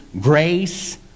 grace